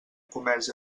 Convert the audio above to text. comerç